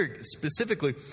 specifically